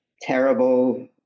terrible